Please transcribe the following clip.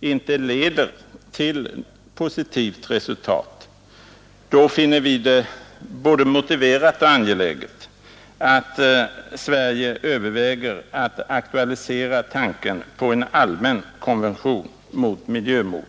inte leder till positivt resultat, finner vi det både motiverat och angeläget att Sverige överväger att aktualisera tanken på en allmän konvention mot miljömord.